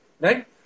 Right